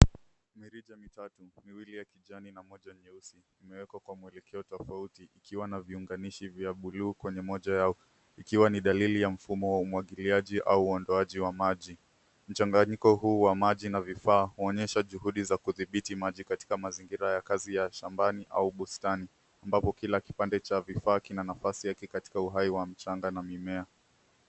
Mirija mitatu, miwili ya kijani na moja nyeusi, imewekwa kwa mwelekeo tofauti, ikiwa na viunganishi vya buluu kwenye moja yao. Ikiwa ni dalili ya mfumo wa umwagiliaji au uondoaji wa maji. Mchanganyiko huu wa maji na vifaa, huonyesha juhudi za kudhibiti maji katika mazingira ya kazi ya shambani au bustani, ambapo kila kipande cha vifaa kina nafasi yake katika uhai wa mchanga na mimea.